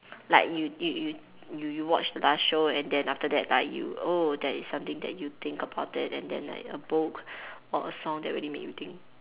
like you you you you you watch the last show and then after that like you oh that is something that you think about it and then like a book or a song that really make you think